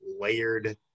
layered